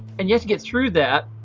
and yeah to get through that,